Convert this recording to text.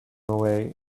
away